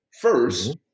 First